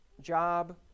Job